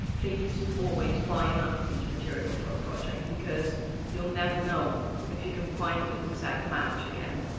please always buy enough of each material for a project because you'll never know if you can find an exact match again.